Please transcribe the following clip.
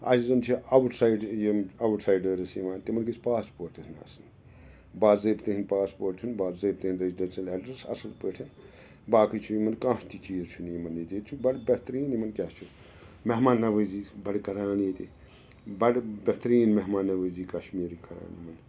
اَسہِ زَن چھِ آوُٹ سایڈ یِم آوُٹ سایڈٲرٕس یِوان تِمَن گژھِ پاسپوٹ تہِ آسٕنۍ باضٲبطہِ ہیٚن پاسپوٹ ۂن باضٲبطہِ ۂنٛۍ ریجِڈنشَل اٮ۪ڈرس اَصٕل پٲٹھۍ باقٕے چھُ یِمَن کانٛہہ تہِ چیٖز چھُنہٕ یِمَن ییٚتہِ ییٚتہِ چھُ بَڑٕ بہتریٖن یِمَن کیاہ چھُ مہمان نَوٲزی چھِ بَڑٕ کَران ییٚتہِ بَڑٕ بہتریٖن مہمان نَوٲزی کَشمیٖرٕکۍ کران یِمَن